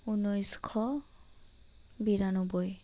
ঊনৈছশ বিৰান্নবৈ